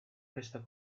questa